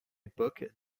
époque